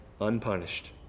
unpunished